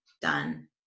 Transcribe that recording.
Done